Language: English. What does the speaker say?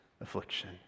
affliction